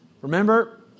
Remember